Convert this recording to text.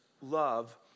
love